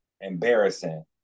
embarrassing